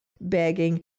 begging